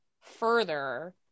further